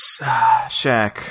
Shaq